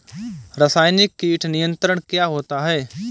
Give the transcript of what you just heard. रसायनिक कीट नियंत्रण क्या होता है?